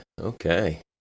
okay